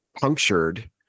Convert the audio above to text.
punctured